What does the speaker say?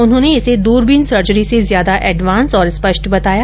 उन्होंने इसे दूरबीन सर्जरी से ज्यादा एडवांस और स्पष्ट बताया